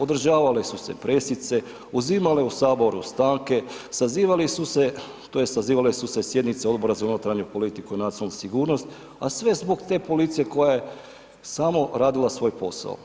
Održavale su se pressice, uzimale u Saboru stanke, sazivali su se, tj. sazivale su se sjednice Odbora za unutarnju politiku i nacionalnu sigurnost a sve zbog te policije koja je samo radila svoj posao.